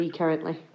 currently